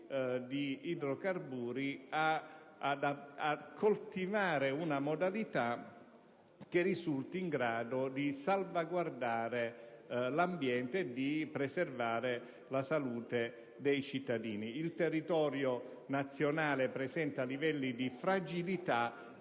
di idrocarburi a rispettare modalità che consentano di salvaguardare l'ambiente e di preservare la salute dei cittadini. Il territorio nazionale presenta livelli di fragilità